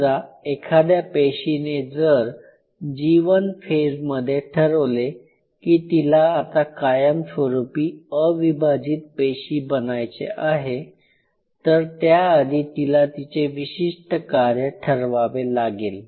समजा एखाद्या पेशीने जर जी1 फेजमध्ये ठरवले की तिला आता कायमस्वरूपी अविभाजीत पेशी बनायचे आहे तर त्याआधी तीला तिचे विशिष्ट कार्य ठरवावे लागेल